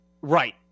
Right